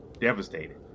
devastated